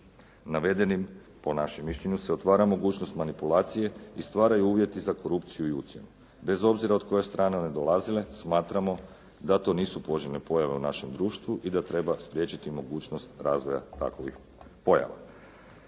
Navedenim po našem mišljenju se otvara mogućnost manipulacije i stvaraju uvjeti za korupciju i ucjenu, bez obzira od koje strane one dolazile smatramo da to nisu poželjne pojave u našem društvu i da treba spriječiti mogućnost razvoja takovih pojava.